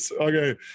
Okay